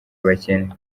abakene